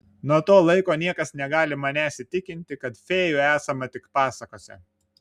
nuo to laiko niekas negali manęs įtikinti kad fėjų esama tik pasakose